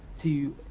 to.